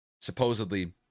supposedly